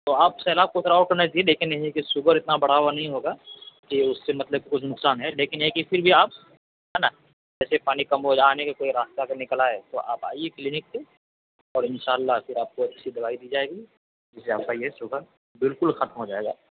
تو آپ سیلاب کو لیکن یعنی کہ شوگر اتنا بڑھا ہوا نہیں ہوگا کہ اس سے مطلب کچھ نقصان ہے لیکن یہ ہے کہ پھر بھی آپ ہے نا جیسے پانی کم ہو یہاں آنے کا کوئی راستہ اگر نکل آئے تو آپ آئیے کلینک پہ اور ان شاء اللہ پھر آپ کو اچھی دوائی دی جائے گی جس سے آپ کا یہ شوگر بالکل ختم ہو جائے گا